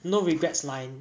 no regrets line